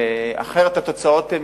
אחרת התוצאות,